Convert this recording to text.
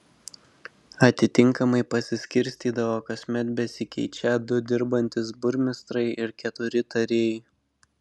atitinkamai pasiskirstydavo kasmet besikeičią du dirbantys burmistrai ir keturi tarėjai